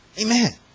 Amen